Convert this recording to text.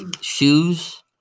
shoes